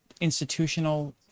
institutional